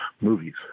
movies